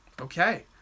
Okay